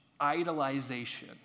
idolization